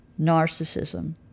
narcissism